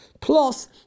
Plus